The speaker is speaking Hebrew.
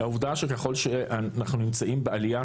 היא העובדה שככל שאנחנו נמצאים בעלייה